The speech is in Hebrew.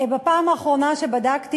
בפעם האחרונה שבדקתי,